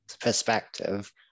perspective